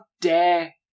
dare